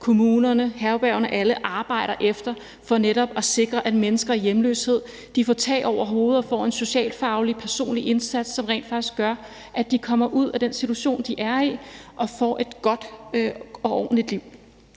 kommunerne, herbergerne og alle arbejder efter – for netop at sikre, at mennesker i hjemløshed får tag over hovedet og får en socialfaglig personlig indsats, som rent faktisk gør, de kommer ud af den situation, de er i, og får et godt og ordentligt liv.